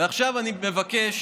ועכשיו אני מבקש,